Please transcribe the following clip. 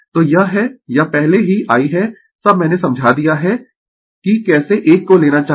तो यह है यह पहले ही I है सब मैंने समझा दिया है कि कैसे एक को लेना चाहिए